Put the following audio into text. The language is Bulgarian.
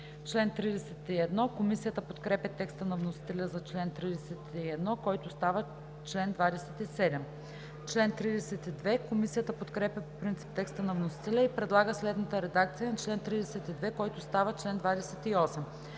дейност.“ Комисията подкрепя текста на вносителя за чл. 31, който става чл. 27. Комисията подкрепя по принцип текста на вносителя и предлага следната редакция на чл. 32, който става чл. 28: